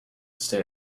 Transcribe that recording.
stay